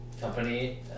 company